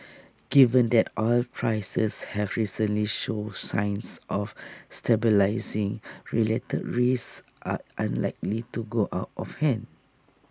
given that oil prices have recently showed signs of stabilising related risks are unlikely to go out of hand